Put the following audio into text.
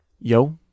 Yo